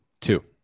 Two